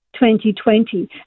2020